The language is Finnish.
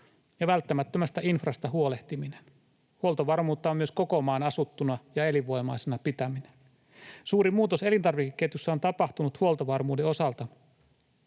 ja välttämättömästä infrasta huolehtiminen. Huoltovarmuutta on myös koko maan asuttuna ja elinvoimaisena pitäminen. Suuri muutos elintarvikeketjussa on tapahtunut huoltovarmuuden osalta.